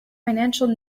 financial